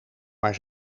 maar